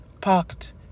parked